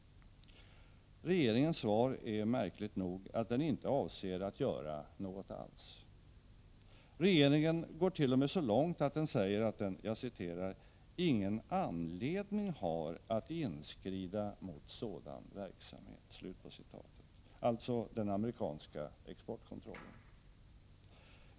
Regeringens svar är märkligt nog att den inte avser att göra något alls. Regeringen går t.o.m. så långt att den säger att den har ”ingen anledning att inskrida mot sådan verksamhet”, alltså den amerikanska exportkontrollen.